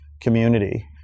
community